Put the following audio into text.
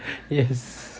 yes